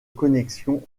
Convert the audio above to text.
connexion